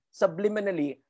subliminally